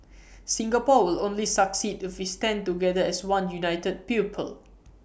Singapore will only succeed if we stand together as one united people